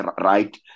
right